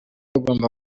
ugomba